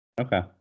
Okay